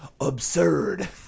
Absurd